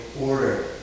order